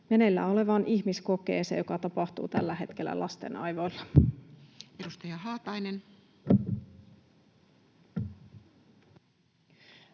meneillään olevan ihmiskokeeseen, joka tapahtuu tällä hetkellä lasten aivoilla? [Speech